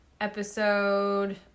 episode